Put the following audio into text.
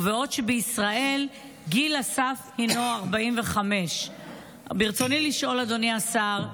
בעוד שבישראל גיל הסף הינו 45. אדוני השר,